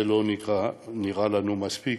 שזה לא נראה לנו מספיק.